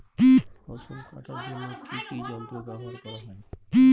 ফসল কাটার জন্য কি কি যন্ত্র ব্যাবহার করা হয়?